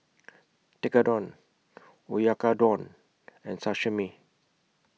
Tekkadon Oyakodon and Sashimi